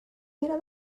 era